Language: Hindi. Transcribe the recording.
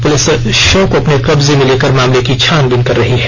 पुलिस शव को अपने कब्जे में लेकर मामले की छानबीन कर रही है